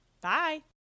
Bye